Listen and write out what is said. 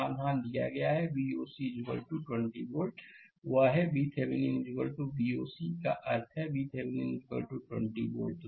समाधान दिया गया है कि Voc 20 वोल्ट वह है VThevenin Voc का अर्थ है VThevenin 20 वोल्ट